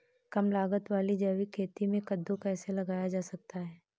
कम लागत वाली जैविक खेती में कद्दू कैसे लगाया जा सकता है?